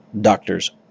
doctors